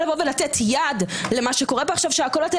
ממלכתי-דתי, חינוך דתי?